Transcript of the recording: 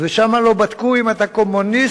ושם לא בדקו אם אתה קומוניסט,